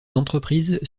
entreprises